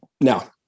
Now